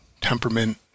temperament